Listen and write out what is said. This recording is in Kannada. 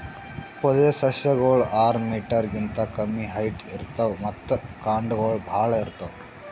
ಪೊದೆಸಸ್ಯಗೋಳು ಆರ್ ಮೀಟರ್ ಗಿಂತಾ ಕಮ್ಮಿ ಹೈಟ್ ಇರ್ತವ್ ಮತ್ತ್ ಕಾಂಡಗೊಳ್ ಭಾಳ್ ಇರ್ತವ್